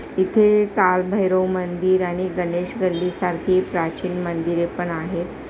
इथे कालभैरव मंदिर आणि गणेश गल्लीसारखी प्राचीन मंदिरे पण आहेत